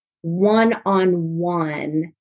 One-on-one